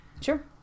Sure